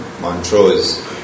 Montrose